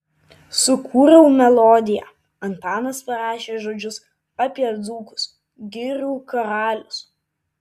sukūriau melodiją antanas parašė žodžius apie dzūkus girių karalius